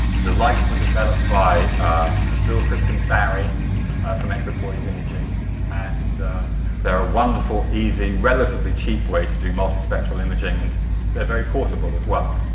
the lights were developed by bill kristens barry from equipoise imaging and they're a wonderful, easy relatively cheap way to do multi spectral imaging. and they're very portal as well.